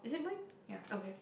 is it mine okay